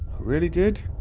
really did